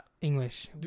english